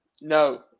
No